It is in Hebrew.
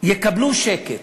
יקבלו שקט,